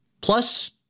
plus